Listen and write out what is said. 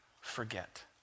forget